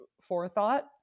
forethought